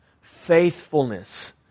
faithfulness